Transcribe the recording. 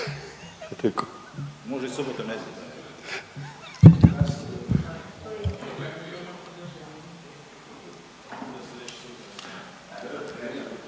Hvala